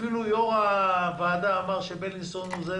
אפילו יושב-ראש הוועדה אמר שבילינסון מצוין